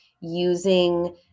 using